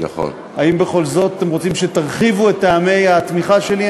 האם בכל זאת אתם רוצים שארחיב את טעמי התמיכה שלי?